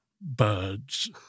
birds